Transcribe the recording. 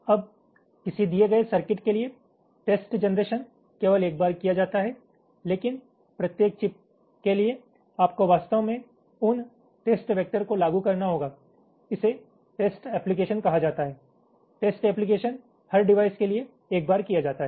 अब किसी दिए गए सर्किट के लिए टेस्ट जनरेशन केवल एक बार किया जाता है लेकिन प्रत्येक चिप के लिए आपको वास्तव में उन टेस्ट वैक्टर को लागू करना होगा इसे टेस्ट एप्लिकेशन कहा जाता है टेस्ट एप्लिकेशन हर डिवाइस के लिए एक बार किया जाता है